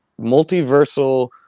multiversal